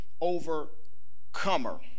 overcomer